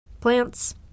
Plants